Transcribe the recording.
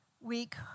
week